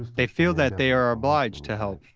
they feel that they are obliged to help,